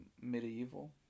Medieval